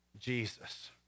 Jesus